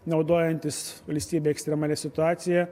naudojantis valstybėj ekstremalia situacija